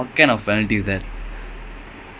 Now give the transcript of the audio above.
it's all it became